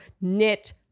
knit